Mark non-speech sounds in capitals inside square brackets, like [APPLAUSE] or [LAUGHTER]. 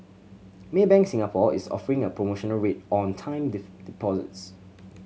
Maybank Singapore is offering a promotional rate on time [UNINTELLIGIBLE] deposits